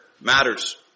matters